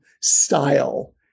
style